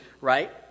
right